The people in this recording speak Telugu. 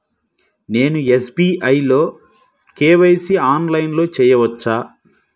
నేను ఎస్.బీ.ఐ లో కే.వై.సి ఆన్లైన్లో చేయవచ్చా?